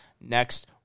next